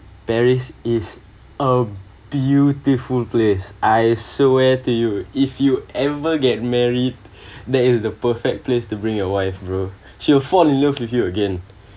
paris is a beautiful place I swear to you if you ever get married there is the perfect place to bring your wife bro she will fall in love with you again